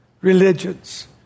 religions